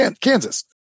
Kansas